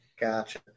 Gotcha